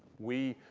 we